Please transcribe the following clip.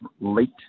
late